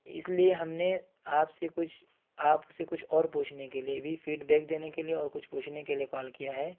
اس لیے ہم نے آپ سے کچھ آپ سے کچھ اور پوچھنے کے لیے بھی فیڈ بیک دینے کے لیے اور کچھ پوچھنے کے لیے کال کیا ہے